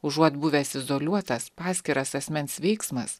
užuot buvęs izoliuotas paskiras asmens veiksmas